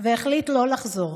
והחליט לא לחזור,